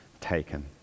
taken